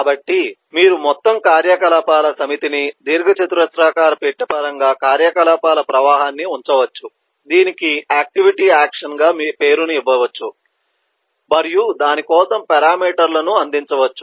కాబట్టి మీరు మొత్తం కార్యకలాపాల సమితిని దీర్ఘచతురస్రాకార పెట్టె పరంగా కార్యకలాపాల ప్రవాహాన్ని ఉంచవచ్చు దీనికి ఆక్టివిటీ ఆక్షన్ గా పేరును ఇవ్వవచ్చు మరియు దాని కోసం పారామీటర్ లను అందించవచ్చు